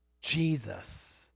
Jesus